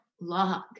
log